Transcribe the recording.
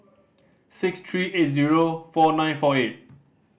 six three eight zero four nine four eight